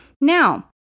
Now